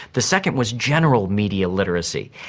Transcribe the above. the second was general media literacy.